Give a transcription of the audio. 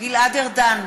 גלעד ארדן,